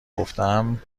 گفتهام